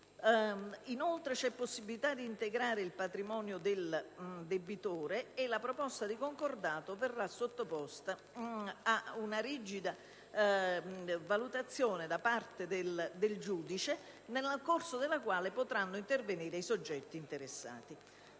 Inoltre, è possibile integrare il patrimonio del debitore e la proposta di concordato verrà sottoposta ad una rigida valutazione da parte del giudice, nel corso della quale potranno intervenire i soggetti interessati.